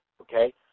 okay